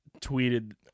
tweeted